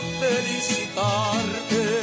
felicitarte